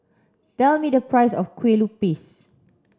tell me the price of Kue Lupis